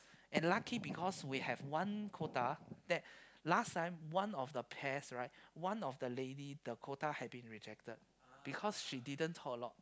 and lucky because we have one quota that last time one of the pairs right one of the lady the quota had been rejected because she didn't talk a lot